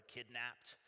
Kidnapped